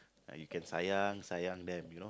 ah you can sayang sayang them you know